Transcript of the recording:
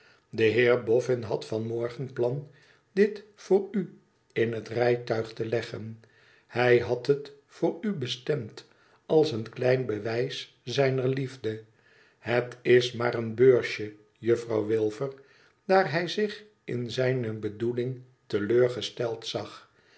de heer bofhn had van morgen plan dit voor u in het rijtuig te leggen hij had het voor u bestemd als een klein bewijs zijner liefde het is maar een beursje juffrouw wilfer daar hij zich in zijne bedoeling te leur gesteld zag